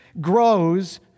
grows